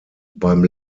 beim